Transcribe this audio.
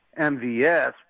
MVS